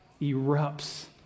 erupts